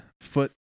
foot